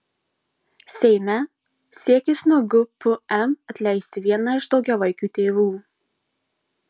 seime siekis nuo gpm atleisti vieną iš daugiavaikių tėvų